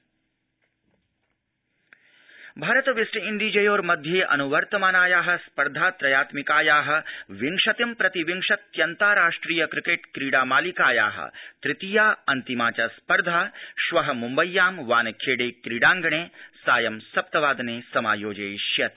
cricket Bharat वेस् ब्रिंडीजयोर्मध्ये अनुवर्तमानाया स्पर्धा त्रयात्मिकाया विंशतिं प्रतिविंशत्यन्ताराष्ट्रिय क्रिकेट् क्रीडामालिकाया तृतीया अन्तिमा च स्पर्धा श्व मुम्बय्यां वानखेडे क्रीडागणे समायोजयिष्यते